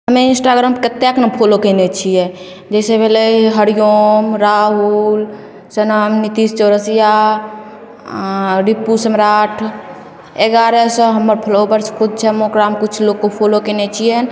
हमे इन्स्टाग्राम कतेक ने फॉलो कयने छियै जैसे भेलय हरिओम राहुल सेना नीतीश चौरसिया रिपु सम्राट एगारह सओ हमर फॉलोवर्स खुद छै हम ओकरामे किछु लोकके फॉलो कयने छियनि